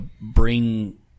bring